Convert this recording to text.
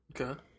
Okay